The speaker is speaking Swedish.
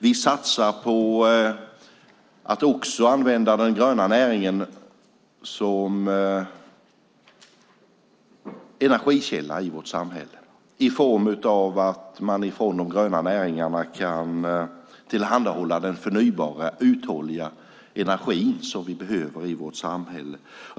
Vi satsar också på att använda den gröna näringen som energikälla i vårt samhälle genom att de gröna näringarna kan tillhandahålla den förnybara uthålliga energin som vi behöver i vårt samhälle.